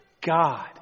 God